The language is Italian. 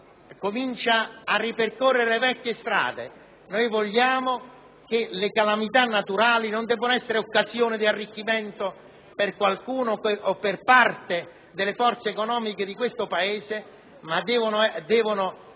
comincia a ripercorrere vecchie strade. Noi vogliamo che le calamità naturali non debbano essere occasione di arricchimento per qualcuno o per parte delle forze economiche di questo Paese; esse devono generare